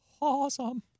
awesome